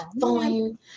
Fine